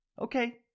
Okay